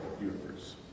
universe